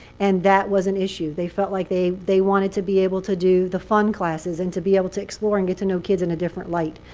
and that was an issue. they felt like they they wanted to be able to do the fun classes, and to be able to explore, and get to know kids in a different light.